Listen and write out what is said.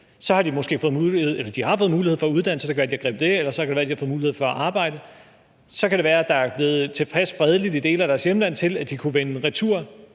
så har de fået mulighed for at uddanne sig, eller det kan være, de har fået mulighed for at arbejde; så kan det være, der er blevet tilpas fredeligt i dele af deres hjemland til, at de kunne vende retur.